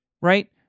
right